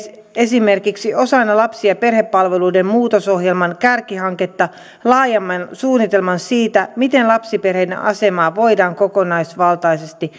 esimerkiksi osana lapsi ja perhepalveluiden muutosohjelman kärkihanketta laajemman suunnitelman siitä miten lapsiperheiden asemaa voidaan kokonaisvaltaisesti